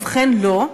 ובכן, לא.